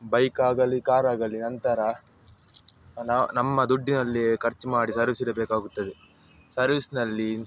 ಬೈಕಾಗಲಿ ಕಾರಾಗಲಿ ನಂತರ ನಮ್ಮ ದುಡ್ಡಿನಲ್ಲಿಯೇ ಖರ್ಚು ಮಾಡಿ ಸರ್ವೀಸ್ ಇಡಬೇಕಾಗುತ್ತದೆ ಸರ್ವೀಸ್ನಲ್ಲಿ